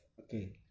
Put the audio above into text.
Okay